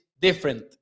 different